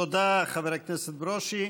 תודה, חבר הכנסת ברושי.